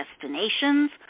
destinations